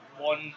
one